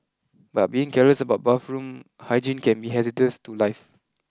but being careless about bathroom hygiene can be hazardous to life